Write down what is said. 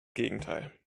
gegenteil